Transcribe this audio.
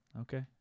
Okay